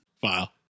File